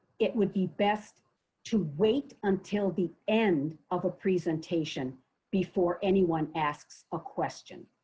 it would be best to wait until the end of a presentation before anyone asks a question.